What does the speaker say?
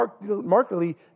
markedly